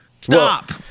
stop